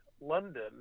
London